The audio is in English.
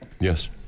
Yes